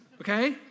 okay